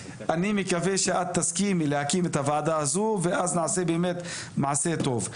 אני מקווה שתסכימי להקים את הוועדה הזו ואז נעשה באמת מעשה טוב.